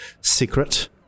secret